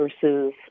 versus